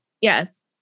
Yes